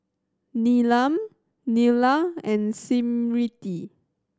Neelam Neila and Smriti